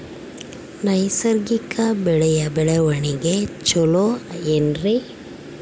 ನೈಸರ್ಗಿಕ ಬೆಳೆಯ ಬೆಳವಣಿಗೆ ಚೊಲೊ ಏನ್ರಿ?